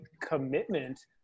commitment